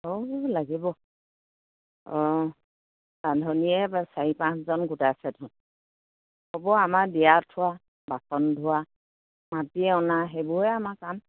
অ' লাগিব অঁ ৰান্ধনীয়ে চাৰি পাঁচজন গোটাইছে আমাৰ দিয়া থোৱা বাচন ধোৱা মাতি অনা সেইবোৰে আমাৰ কাম